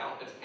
now